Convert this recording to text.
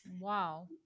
Wow